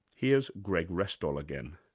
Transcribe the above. here's greg restall again.